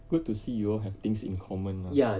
good to see you all have things in common lah